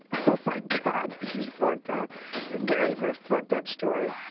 oh my god, this is fucked up get ready for a fucked up story.